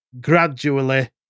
gradually